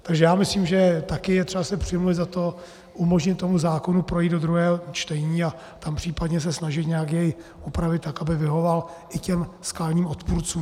Takže já myslím, že taky je třeba se přimluvit za to umožnit tomu zákonu projít do druhého čtení a tam případně se snažit nějak jej upravit tak, aby vyhovoval i těm jeho skalním odpůrcům.